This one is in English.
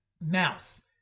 mouth